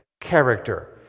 character